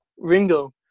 Ringo